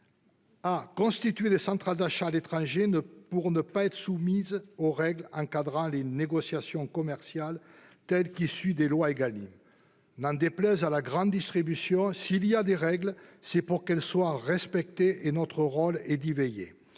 la constitution de centrales d'achat à l'étranger, pour échapper aux règles encadrant les négociations commerciales, telles qu'elles sont issues des lois Égalim. N'en déplaise à la grande distribution, s'il y a des règles, c'est pour qu'elles soient respectées, et notre rôle est d'y veiller.